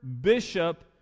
bishop